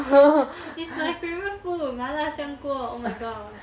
it's my favourite food mala 香锅 oh my god